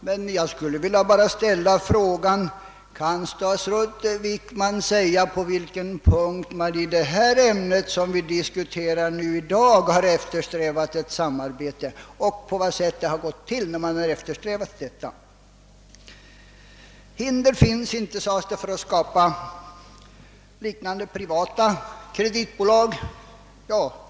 Men jag skulle vilja fråga: Kan statsrådet Wickman säga på vilken punkt man i den fråga, som vi diskuterar i dag, har eftersträvat samarbete och på vilket sätt man har eftersträvat det? Hinder finns inte, sades det, för att skapa liknande privata kreditbolag.